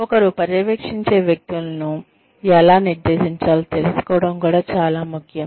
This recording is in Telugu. ఒకరు పర్యవేక్షించే వ్యక్తులను ఎలా నిర్దేశించాలో తెలుసుకోవడం కూడా చాలా ముఖ్యం